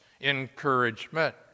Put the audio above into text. Encouragement